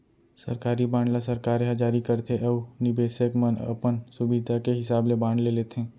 सरकारी बांड ल सरकारे ह जारी करथे अउ निबेसक मन अपन सुभीता के हिसाब ले बांड ले लेथें